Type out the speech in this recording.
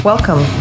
Welcome